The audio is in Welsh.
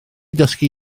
dysgu